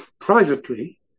privately